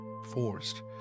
forced